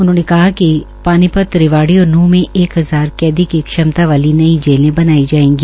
उन्होंने कहा कि पानीपत रेवाड़ी और नूंह मे एक हजार कद्दी की क्षमता वाली नई जेलें बनाई जायेंगी